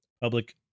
Public